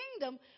kingdom